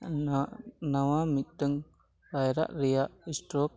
ᱱᱟᱣᱟ ᱢᱤᱫᱴᱟᱝ ᱯᱟᱭᱨᱟᱜ ᱨᱮᱭᱟᱜ ᱥᱴᱨᱳᱠ